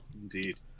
Indeed